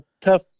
tough